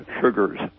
sugars